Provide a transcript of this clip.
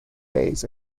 days